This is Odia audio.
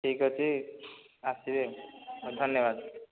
ଠିକ୍ ଅଛି ଆସିବେ ହଉ ଧନ୍ୟବାଦ୍